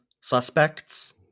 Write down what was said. suspects